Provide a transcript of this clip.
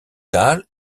cale